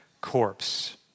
corpse